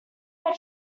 had